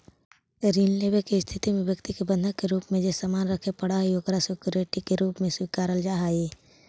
ऋण लेवे के स्थिति में व्यक्ति के बंधक के रूप में जे सामान रखे पड़ऽ हइ ओकरा सिक्योरिटी के रूप में स्वीकारल जा हइ